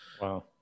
Wow